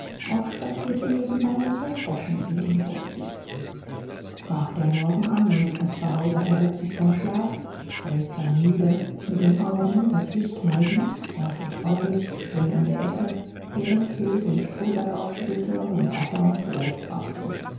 auch spazierte nebenbei mancher groschen in den beutel brach der morgen an und caspar hauser erhob sich vom schlaf seltsam müde mit den augen das licht meidend saß er traurig stumm in der ecke während hill den strohsack aufschüttelte und wasser und brot brachte